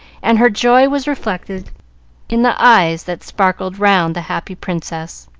and her joy was reflected in the eyes that sparkled round the happy princess.